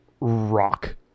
rock